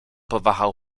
powahał